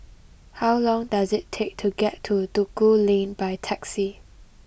how long does it take to get to Duku Lane by taxi